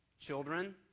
children